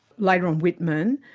later on whitman,